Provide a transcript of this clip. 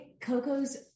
Coco's